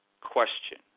question